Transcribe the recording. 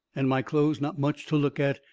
and my clothes not much to look at,